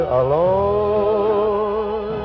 alone